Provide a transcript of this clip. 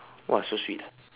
!wah! so sweet ah